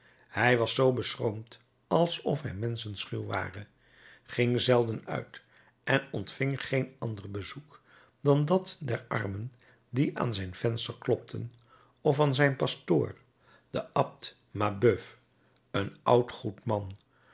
hij was zoo beschroomd alsof hij menschenschuw ware ging zelden uit en ontving geen ander bezoek dan dat der armen die aan zijn venster klopten of van zijn pastoor den abt mabeuf een oud goed man